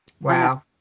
Wow